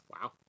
Wow